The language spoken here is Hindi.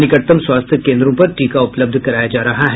निकटतम स्वास्थ्य केन्द्रों पर टीका उपलब्ध कराया जा रहा है